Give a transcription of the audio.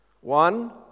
One